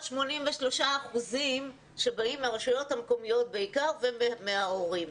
38% שבאים מהרשויות המקומיות בעיקר ומההורים.